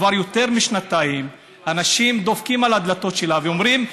כבר יותר משנתיים אנשים דופקים על הדלתות שלה ואומרים,